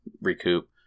recoup